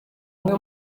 uwo